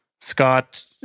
Scott